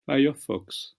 firefox